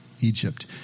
Egypt